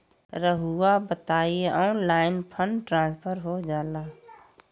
रहुआ बताइए online fund transfer हो जाला?